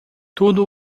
tudo